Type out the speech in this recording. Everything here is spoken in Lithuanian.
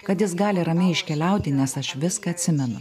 kad jis gali ramiai iškeliauti nes aš viską atsimenu